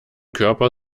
körper